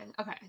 okay